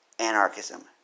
Anarchism